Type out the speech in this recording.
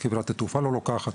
אם חברת התעופה לא לוקחת,